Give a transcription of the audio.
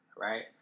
Right